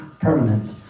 permanent